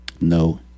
No